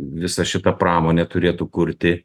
visa šita pramonė turėtų kurti